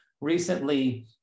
recently